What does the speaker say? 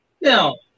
Now